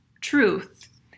truth